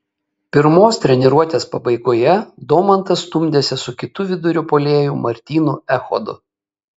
pirmos treniruotės pabaigoje domantas stumdėsi su kitu vidurio puolėju martynu echodu